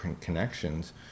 connections